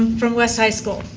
from west high school.